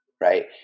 right